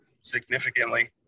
significantly